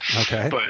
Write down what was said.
Okay